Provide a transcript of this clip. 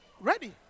Ready